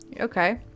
Okay